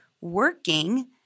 working